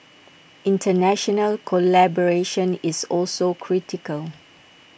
International collaboration is also critical